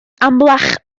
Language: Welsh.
amlach